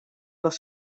les